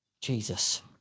Jesus